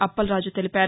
అప్పలరాజు తెలిపారు